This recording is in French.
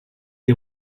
est